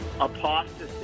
apostasy